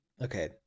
okay